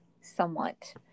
somewhat